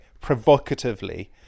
Provocatively